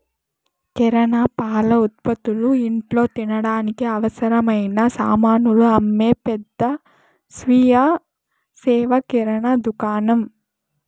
కిరణా, పాల ఉత్పతులు, ఇంట్లో తినడానికి అవసరమైన సామానులు అమ్మే పెద్ద స్వీయ సేవ కిరణా దుకాణం